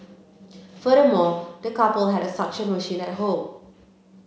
furthermore the couple had a suction machine at home